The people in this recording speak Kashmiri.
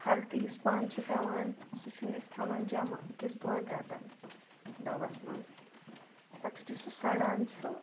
ہَردٕ یُس پَن چھِ پٮ۪وان سُہ چھِ أسۍ تھاوان جمع أکِس دۄن رٮ۪تَن دۄبَس منٛز پَتہٕ یُتھُے سُہ سَڑان چھُ